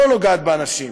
לא נוגעות באנשים.